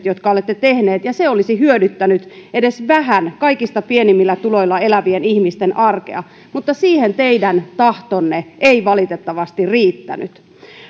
jotka olette tehneet ja se olisi hyödyttänyt edes vähän kaikista pienimmillä tuloilla elävien ihmisten arkea mutta siihen teidän tahtonne ei valitettavasti riittänyt